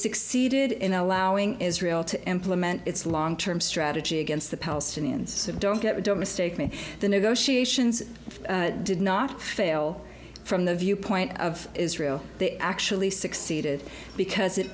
succeeded in allowing israel to implement its long term strategy against the palestinians don't get it don't mistake me the negotiations did not fail from the viewpoint of israel they actually succeeded because it